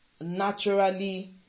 naturally